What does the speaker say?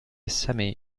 semi